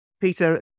Peter